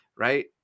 Right